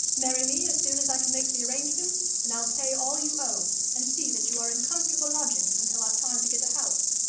marry me as soon as i can make the arrangements, and i'll pay all you owe, and see that you are in comfortable lodgings until i've time to get a house.